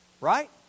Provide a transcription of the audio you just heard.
right